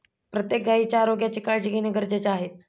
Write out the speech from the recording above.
प्रत्येक गायीच्या आरोग्याची काळजी घेणे गरजेचे आहे